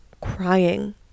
crying